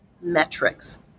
metrics